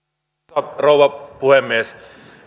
arvoisa rouva puhemies